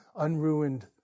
unruined